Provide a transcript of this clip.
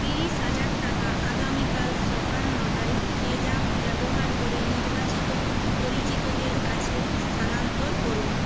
তিরিশ হাজার টাকা আগামীকাল সকাল নটায় পেজ্যাপ ব্যবহার করে নির্বাচিত পরিচিতদের কাছে স্থানান্তর করুন